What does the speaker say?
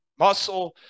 muscle